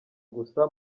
gusa